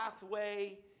pathway